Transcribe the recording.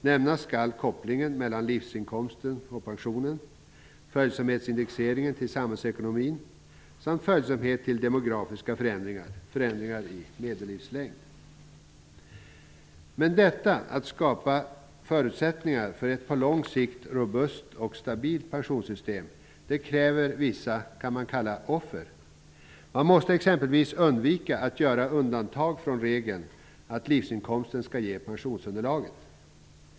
Nämnas skall kopplingen mellan livsinkomsten och pensionen, följsamhetsindexeringen till samhällsekonomin samt följsamhet till demografiska förändringar, t.ex. förändringar i medellivslängd. Men detta att skapa förutsättningar för ett på lång sikt robust och stabilt pensionssystem kräver vissa offer. Man måste exempelvis undvika att göra undantag från regeln att livsinkomsten skall ge pensionsunderlaget.